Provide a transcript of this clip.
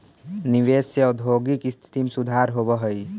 निवेश से औद्योगिक स्थिति में सुधार होवऽ हई